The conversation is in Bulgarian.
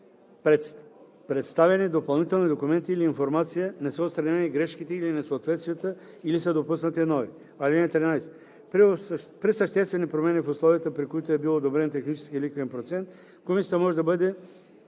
представени допълнителните документи или информация, не са отстранени грешките или несъответствията или са допуснати нови. (13) При съществени промени в условията, при които е бил одобрен техническият лихвен процент, комисията може да